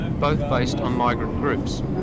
both based on migrant groups.